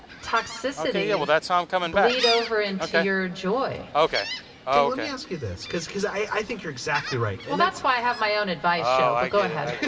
toxicity bleed over into your joy let me ask you this because because i think you're exactly right well, that's why i have my own advice show. but go ahead.